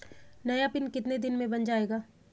नया पिन कितने दिन में बन जायेगा?